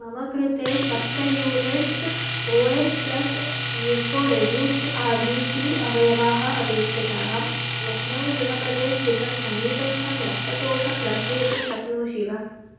मम कृते सप्त units O H plus leuco reduced R B C अवयवाः अपेक्षिताः लखनौजनपदे स्थितं समीपस्थं रक्तकोषं दर्शयितुं शक्नोषि वा